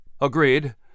Agreed